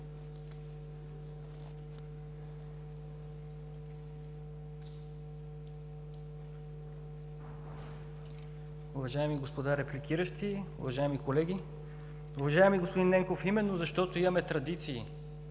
Уважаеми господа репликиращи, уважаеми колеги! Уважаеми господин Ненков, именно защото имаме традиции